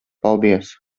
paldies